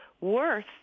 worth